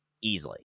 easily